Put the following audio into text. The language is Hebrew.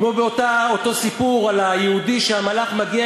כמו באותו סיפור על היהודי שהמלאך מגיע